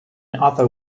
other